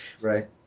right